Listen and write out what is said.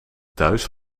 thuis